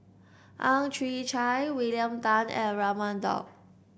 Ang Chwee Chai William Tan and Raman Daud